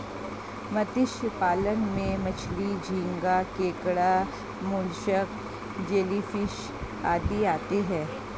मत्स्य पालन में मछली, झींगा, केकड़ा, मोलस्क, जेलीफिश आदि आते हैं